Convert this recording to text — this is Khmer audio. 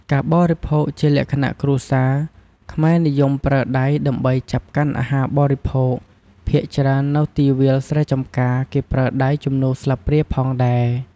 ការបរិភោគជាលក្ខណៈគ្រួសារខ្មែរនិយមប្រើដៃដើម្បីចាប់កាន់អាហារបរិភោគ ភាគច្រើននៅទីវាលស្រែចម្ការគេប្រើដៃជំនួសស្លាបព្រាផងដែរ។